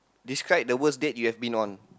describe the worst date you have been on